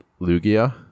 Lugia